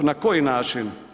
Na koji način?